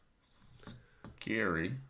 scary